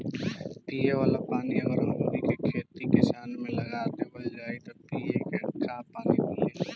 पिए वाला पानी अगर हमनी के खेती किसानी मे लगा देवल जाई त पिए के काहा से पानी मीली